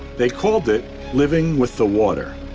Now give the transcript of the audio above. they called it living with the water.